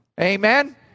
Amen